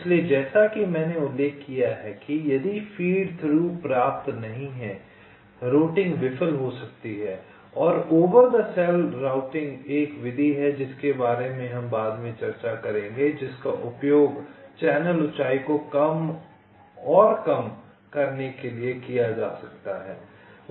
इसलिए जैसा कि मैंने उल्लेख किया है कि यदि फीड थ्रू पर्याप्त नहीं हैं रूटिंग विफल हो सकती है और ओवर द सेल रूटिंग एक विधि है जिसके बारे में हम बाद में चर्चा करेंगे जिसका उपयोग चैनल ऊंचाई को और कम करने के लिए किया जा सकता है